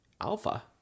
Alpha